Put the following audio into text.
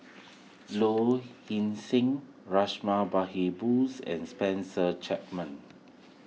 Low Ing Sing Behari Bose and Spencer Chapman